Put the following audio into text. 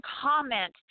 comment